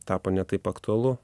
tapo ne taip aktualu